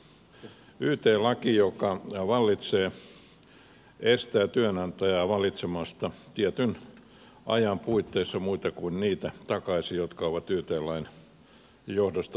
yt laki joka vallitsee estää työnantajaa valitsemasta tietyn ajan puitteissa muita kuin niitä takaisin jotka ovat yt lain johdosta lomautettuja